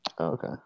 Okay